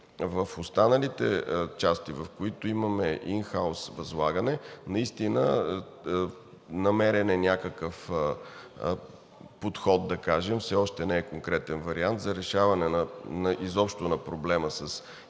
В останалите части, в които имаме ин хаус възлагане, наистина намерен е някакъв подход, да кажем, все още не е конкретен вариант, за решаване изобщо на проблема с ин хаус